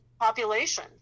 population